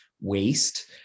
waste